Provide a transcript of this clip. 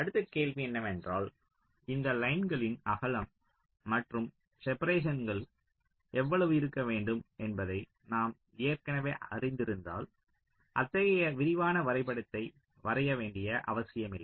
அடுத்த கேள்வி என்னவென்றால் இந்த லைன்களின் அகலம் மற்றும் செப்பரேஷன்கள் எவ்வளவு இருக்க வேண்டும் என்பதை நாம் ஏற்கனவே அறிந்திருந்தால் அத்தகைய விரிவான வரைபடத்தை வரைய வேண்டிய அவசியமில்லை